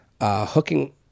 hooking